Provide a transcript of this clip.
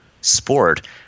sport